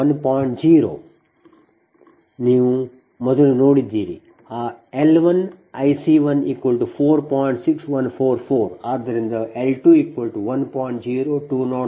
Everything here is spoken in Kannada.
0 ಬಲಕ್ಕಾಗಿ ನೀವು ಇದನ್ನು ಮೊದಲು ನೋಡಿದ್ದೀರಿ ಆ L 1 IC 1 4